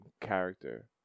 character